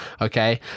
Okay